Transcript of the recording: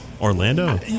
Orlando